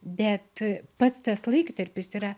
bet pats tas laiktarpis yra